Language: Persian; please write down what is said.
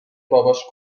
باباش